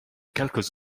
quelques